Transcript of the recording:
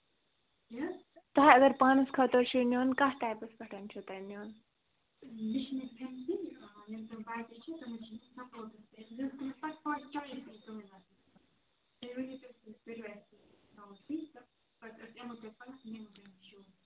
تۄہہِ اَگر پانَس خٲطرٕ چھُو نیُن کَتھ ٹایپَس پیٚٹھ چھُو تۄہہِ نیُن